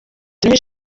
turi